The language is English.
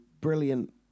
brilliant